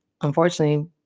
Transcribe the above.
unfortunately